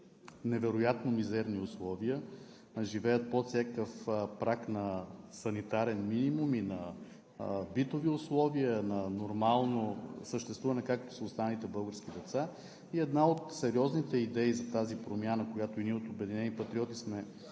невероятно мизерни условия, живеят под всякакъв праг на санитарен минимум и на битови условия, на нормално съществуване, както са останалите български деца. И една от сериозните идеи за тази промяна, която ние от „Обединени патриоти“ сме